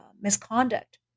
misconduct